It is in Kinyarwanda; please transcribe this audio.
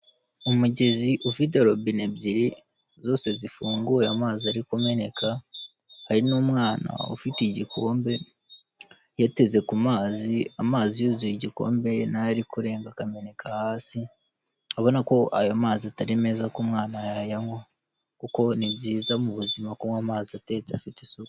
Umugezi ufite robine ebyiri, zose zifunguye amazi ari kumeneka, hari n'umwana ufite igikombe, yateze ku mazi amazi yuzuye igikombe n'ari kurenga akameneka hasi, abona ko ayo mazi atari meza ko umwana yayanywa, kuko ni byiza mu buzima kunywa amazi atetse afite isuku.